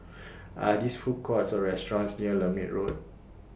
Are These Food Courts Or restaurants near Lermit Road